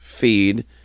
feed